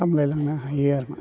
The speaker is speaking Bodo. सामलायलांनो हायो आरमा